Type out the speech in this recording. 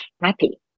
happy